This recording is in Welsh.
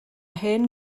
hen